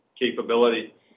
capability